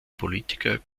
politiker